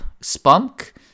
Spunk